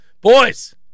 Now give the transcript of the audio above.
boys